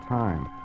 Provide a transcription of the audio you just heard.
time